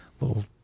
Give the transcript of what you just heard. little